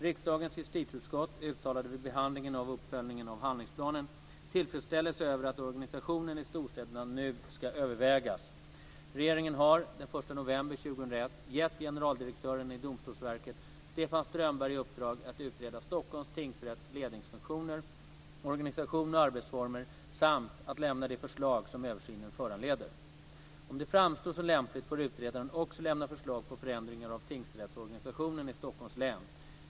Riksdagens justitieutskott uttalade vid behandlingen av uppföljningen av handlingsplanen tillfredsställelse över att organisationen i storstäderna nu ska övervägas. Regeringen har den 1 november 2001 gett generaldirektören i Domstolsverket Stefan Strömberg i uppdrag att utreda Stockholms tingsrätts ledningsfunktioner, organisation och arbetsformer samt att lämna de förslag som översynen föranleder. Om det framstår som lämpligt får utredaren också lämna förslag på förändringar av tingsrättsorganisationen i Stockholms län.